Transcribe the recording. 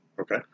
Okay